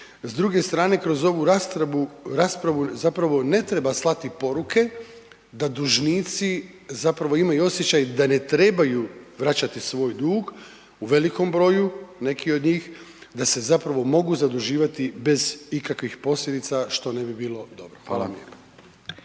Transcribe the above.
S druge strane, kroz ovu raspravu zapravo ne treba slati poruke da dužnici zapravo imaju osjećaj da ne trebaju vraćati svoj dug, u velikom broju neki od njih, da se zapravo mogu zaduživati bez ikakvih posljedica što ne bi bilo dobro, hvala